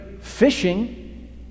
fishing